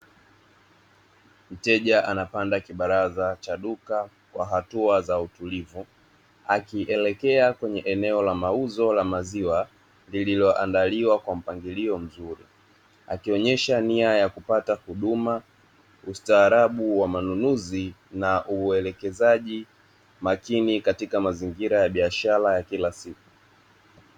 Mteja anapanda kibaraza cha duka kwa hatua za utulivu, akielekea kwenye eneo la mauzo la maziwa, lililoandaliwa kwa mpangilio mzuri, akionyesha nia ya kupata huduma, ustaarabu wa manunuzi na uelekezaji makini katika mazingira ya biashara ya kila siku.